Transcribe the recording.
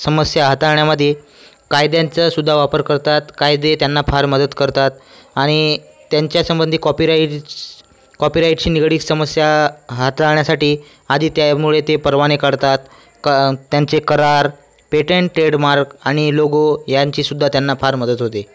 समस्या हाताळण्यामध्ये कायद्यांचा सुद्धा वापर करतात कायदे त्यांना फार मदत करतात आणि त्यांच्यासंबंधी कॉपीराइट स कॉपीराइटशी निगडीत समस्या हाताळण्यासाठी आधी त्यामुळे ते परवाने काढतात का त्यांचे करार पेटंट ट्रेडमार्क आणि लोगो यांची सुद्धा त्यांना फार मदत होते